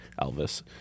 Elvis